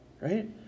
Right